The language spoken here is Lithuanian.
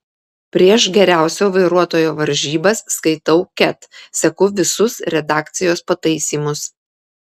prieš geriausio vairuotojo varžybas skaitau ket seku visus redakcijos pataisymus